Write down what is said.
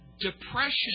Depression